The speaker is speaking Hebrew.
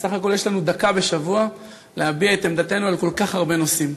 בסך הכול יש לנו דקה בשבוע להביע את עמדתנו על כל כך הרבה נושאים.